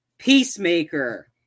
peacemaker